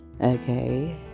Okay